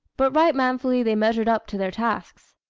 but right manfully they measured up to their tasks.